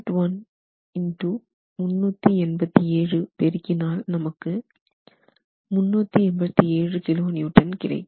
1 x 387 பெருக்கினால் நமக்கு 387 kN கிடைக்கும்